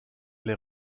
les